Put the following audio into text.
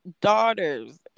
daughters